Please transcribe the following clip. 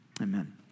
amen